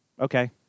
okay